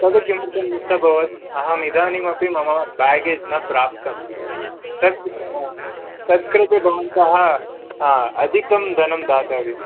तद् किमर्थं मिस् अभवत् अहम् इदानीम् अपि मम बेग्गेज् न प्राप्तं तत् तत्कृते भवन्तः अधिकं धनं दातव्यम्